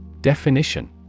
Definition